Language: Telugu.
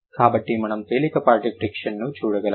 కాబట్టి మనం తేలికపాటి ఫ్రిక్షన్ ను చూడగలము